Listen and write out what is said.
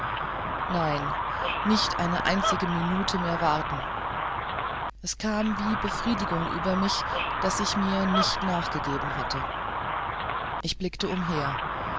nein nicht eine einzige minute mehr warten es kam wie befriedigung über mich daß ich mir nicht nachgegeben hatte ich blickte umher